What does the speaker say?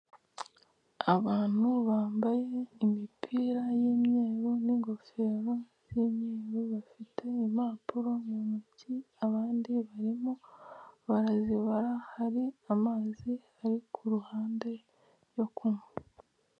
Abantu bambaye imipira y'imyeru n'ingofero z'imyeru, bafite impapuro mu ntoki, abandi barimo barazibara hari amazi ari ku ruhande yo kunywa.